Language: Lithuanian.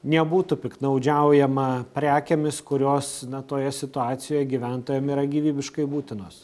nebūtų piktnaudžiaujama prekėmis kurios na toje situacijoj gyventojam yra gyvybiškai būtinos